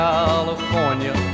California